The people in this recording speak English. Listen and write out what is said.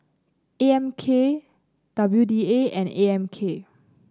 A M K W D A and A M K